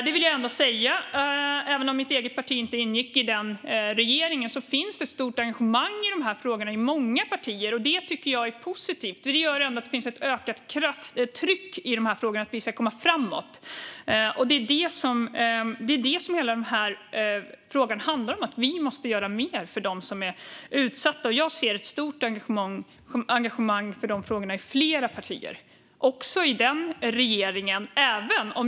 Jag vill ändå säga, även om mitt eget parti inte ingick i den regeringen, att det finns ett stort engagemang i dessa frågor i många partier, och det är positivt. Det gör ändå att det finns ett ökat tryck att komma framåt i frågorna. Frågan handlar om att vi måste göra mer för de utsatta, och jag ser ett stort engagemang för de frågorna i flera partier - också i den regeringen.